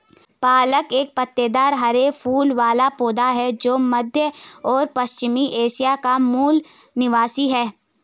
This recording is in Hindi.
पालक एक पत्तेदार हरे फूल वाला पौधा है जो मध्य और पश्चिमी एशिया का मूल निवासी है